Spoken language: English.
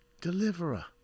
deliverer